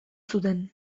zuten